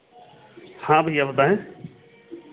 हाँ भैया बताएं